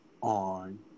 on